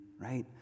right